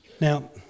Now